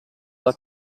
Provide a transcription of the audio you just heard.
alla